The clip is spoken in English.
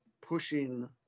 pushing